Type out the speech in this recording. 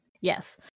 Yes